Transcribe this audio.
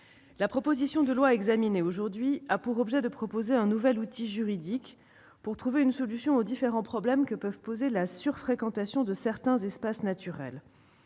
la proposition de loi examinée aujourd'hui a pour objet de proposer un nouvel outil juridique pour trouver une solution aux différents problèmes que peut poser la sur-fréquentation de certains espaces naturels.